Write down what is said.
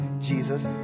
Jesus